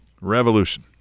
Revolution